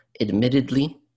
admittedly